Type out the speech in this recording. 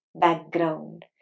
background